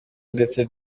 ndetse